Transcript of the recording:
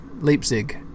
Leipzig